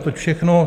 Toť všechno.